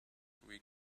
week